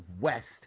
West